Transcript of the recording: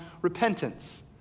repentance